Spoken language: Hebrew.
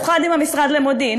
אוחד עם המשרד למודיעין,